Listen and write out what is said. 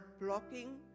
blocking